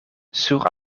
sur